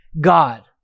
God